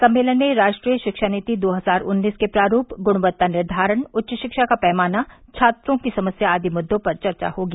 सम्मेलन में राष्ट्रीय शिक्षा नीति दो हजार उन्नीस के प्रारुप गुणवत्ता निर्धारण उच्च रिक्षा का पैमाना छात्रों की समस्या आदि मुद्दों पर चर्चा होगी